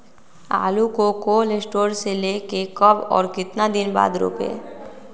आलु को cold store से ले के कब और कितना दिन बाद रोपे?